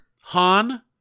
Han